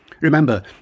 Remember